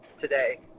today